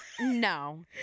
No